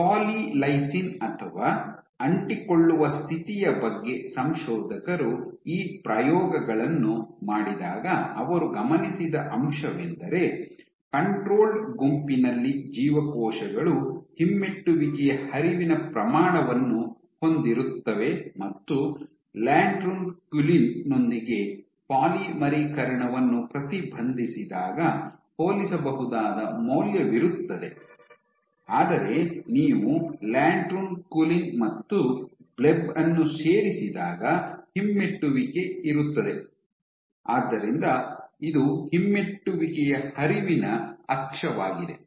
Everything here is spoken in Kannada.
ಪಾಲಿ ಲೈಸಿನ್ ಅಥವಾ ಅಂಟಿಕೊಳ್ಳುವ ಸ್ಥಿತಿಯ ಬಗ್ಗೆ ಸಂಶೋಧಕರು ಈ ಪ್ರಯೋಗಗಳನ್ನು ಮಾಡಿದಾಗ ಅವರು ಗಮನಿಸಿದ ಅಂಶವೆಂದರೆ ಕಂಟ್ರೊಲ್ಡ್ ಗುಂಪಿನಲ್ಲಿ ಜೀವಕೋಶಗಳು ಹಿಮ್ಮೆಟ್ಟುವಿಕೆಯ ಹರಿವಿನ ಪ್ರಮಾಣವನ್ನು ಹೊಂದಿರುತ್ತವೆ ಮತ್ತು ಲ್ಯಾಟ್ರನ್ಕ್ಯುಲಿನ್ ನೊಂದಿಗೆ ಪಾಲಿಮರೀಕರಣವನ್ನು ಪ್ರತಿಬಂಧಿಸಿದಾಗ ಹೋಲಿಸಬಹುದಾದ ಮೌಲ್ಯವಿರುತ್ತದೆ ಆದರೆ ನೀವು ಲ್ಯಾಟ್ರನ್ಕುಲಿನ್ ಮತ್ತು ಬ್ಲೆಬ್ ಅನ್ನು ಸೇರಿಸಿದಾಗ ಹಿಮ್ಮೆಟ್ಟುವಿಕೆ ಇರುತ್ತದೆ ಆದ್ದರಿಂದ ಇದು ಹಿಮ್ಮೆಟ್ಟುವಿಕೆಯ ಹರಿವಿನ ಅಕ್ಷವಾಗಿದೆ